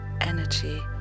energy